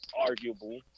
arguable